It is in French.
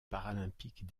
paralympiques